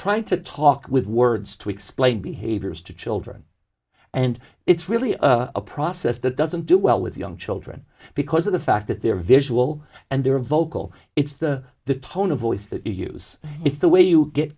trying to talk with words to explain behaviors to children and it's really a process that doesn't do well with young children because of the fact that they're visual and they're vocal it's the the tone of voice that you use it's the way you get